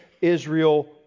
Israel